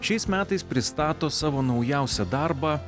šiais metais pristato savo naujausią darbą